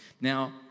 Now